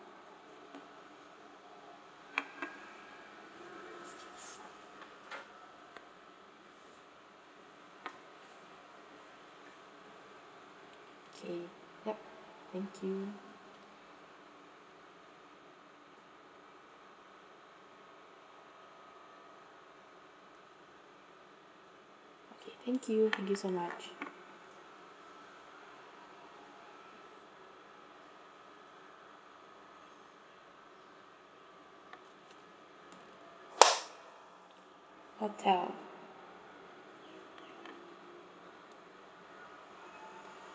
K yup thank you okay thank you thank you so much hotel